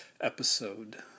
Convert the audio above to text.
episode